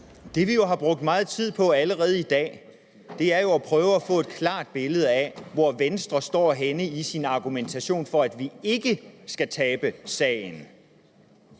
Det, vi jo har brugt meget tid på allerede i dag, er at prøve at få et klart billede af, hvor Venstre står henne i sin argumentation for, at vi ikke skal tabe sagen.